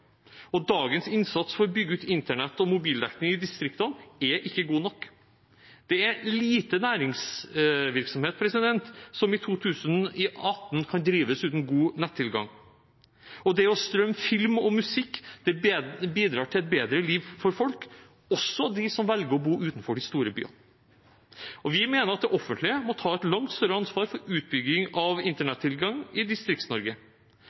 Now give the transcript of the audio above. innbyggere. Dagens innsats for å bygge ut internett og mobildekning i distriktene er ikke god nok. Det er lite næringsvirksomhet som i 2018 kan drives uten god nettilgang. Det å strømme film og musikk bidrar til et bedre liv for folk, også dem som velger å bo utenfor de store byene. Vi mener at det offentlige må ta et langt større ansvar for utbygging av internettilgang i